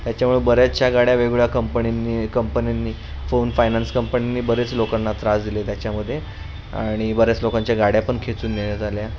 त्याच्यामुळे बऱ्याचशा गाड्या वेगवेगळ्या कंपनींनी कंपनींनी फोन फायनान्स कंपनींनी बरेच लोकांना त्रास दिले त्याच्यामध्ये आणि बऱ्याच लोकांच्या गाड्या पण खेचून नेण्यात आल्या